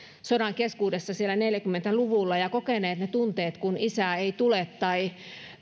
sodan keskuudessa neljäkymmentä luvulla ja ja kokeneet ne tunteet kun isä ei tule tai